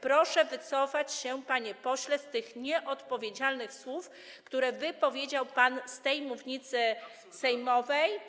Proszę wycofać się, panie pośle, z tych nieodpowiedzialnych słów, które wypowiedział pan z tej mównicy sejmowej.